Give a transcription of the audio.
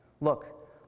Look